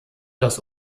das